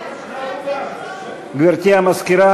גברתי המזכירה,